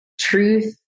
truth